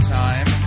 time